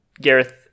Gareth